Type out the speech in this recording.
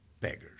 beggars